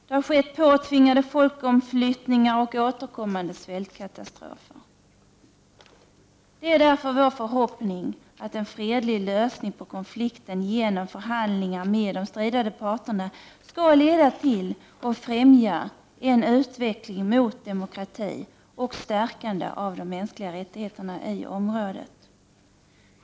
Det har skett påtvingade folkomflyttningar och återkommande svältkatastrofer. Det är därför vår förhoppning att en fredlig lösning på konflikten genom förhandlingar med de stridande parterna skall leda till och främja en utveckling mot demokrati och stärkande av de mänskliga rättigheterna i området.